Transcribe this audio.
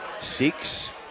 six